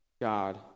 God